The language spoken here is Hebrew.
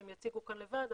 שהם יציגו כאן לבד,